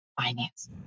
finance